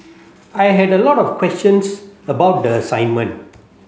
I had a lot of questions about the assignment